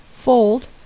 fold